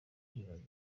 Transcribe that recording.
kwibaza